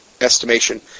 estimation